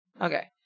Okay